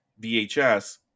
vhs